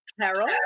Carol